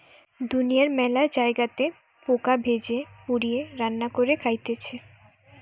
দুনিয়ার মেলা জায়গাতে পোকা ভেজে, পুড়িয়ে, রান্না করে খাইতেছে